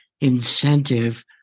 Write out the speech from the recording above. incentive